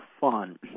fun